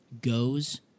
goes